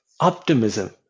optimism